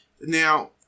now